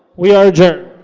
we are adjourned